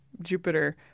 Jupiter